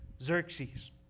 Xerxes